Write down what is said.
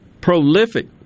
prolific